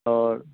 اور